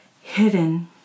hidden